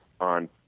on